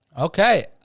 Okay